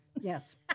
Yes